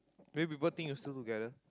maybe people think you still together